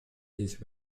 this